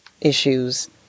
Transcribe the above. issues